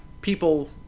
people